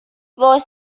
was